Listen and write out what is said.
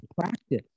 practice